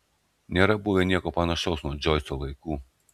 nėra buvę nieko panašaus nuo džoiso laikų